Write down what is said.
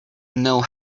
know